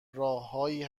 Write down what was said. راههایی